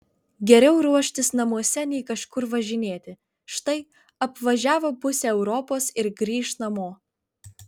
geriau ruoštis namuose nei kažkur važinėti štai apvažiavo pusę europos ir grįš namo